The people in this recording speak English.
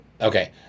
Okay